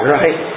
right